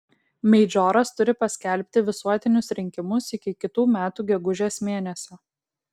meidžoras turi paskelbti visuotinius rinkimus iki kitų metų gegužės mėnesio